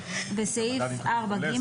(6)בסעיף 4(ג),